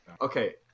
Okay